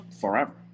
forever